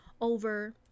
over